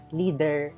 leader